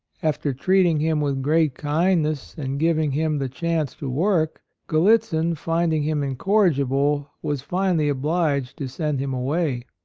after treating him with great kind ness and giving him the chance to work, gallitzin, finding him incorrigible, was finally obliged to send him away.